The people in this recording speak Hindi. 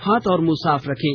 हाथ और मुंह साफ रखें